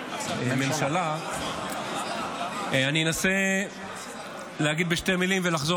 הממשלה אני אנסה להגיד בשתי במילים ולחזור